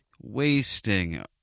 wasting